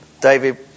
David